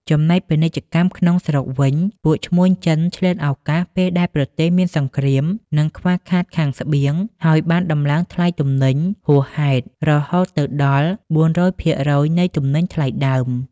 ចំណែកពាណិជ្ជកម្មក្នុងស្រុកវិញ ពួកឈ្មួញចិនឆ្លៀតឱកាសពេលដែលប្រទេសមានសង្គ្រាម និង ខ្វះខាតខាងស្បៀងហើយបានដំឡើងថ្លៃទំនិញហួសហែតរហូតទៅដល់ ៤០០% នៃទំនិញថ្លៃដើម។